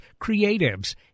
creatives